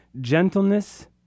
gentleness